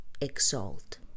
exalt